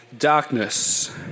Darkness